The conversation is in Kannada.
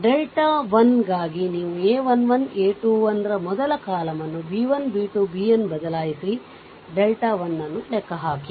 ಡೆಲ್ಟಾ 1ಗಾಗಿ ನೀವು a 1 1 a 21 ರ ಮೊದಲ ಕಾಲಮ್ ಅನ್ನು b 1 b 2 bn ಬದಲಾಯಿಸಿ ಡೆಲ್ಟಾ 1 ಅನ್ನು ಲೆಕ್ಕ ಹಾಕಿ